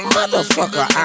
Motherfucker